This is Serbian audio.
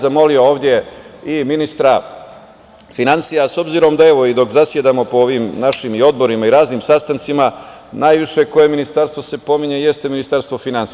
Zamolio bih ovde i ministra finansija, s obzirom da, evo, i dok zasedamo po ovim našim odborima i raznim sastancima, najviše koje ministarstvo se pominje jeste Ministarstvo finansija.